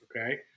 okay